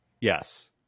Yes